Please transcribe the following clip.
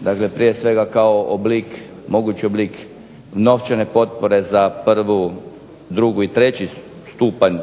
Dakle, prije svega kao oblik, mogući oblik novčane potpore za prvi, drugi i treći stupanj